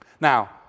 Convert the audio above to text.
Now